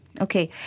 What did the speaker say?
Okay